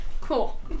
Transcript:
Cool